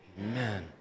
Amen